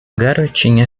garotinha